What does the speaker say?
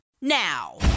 now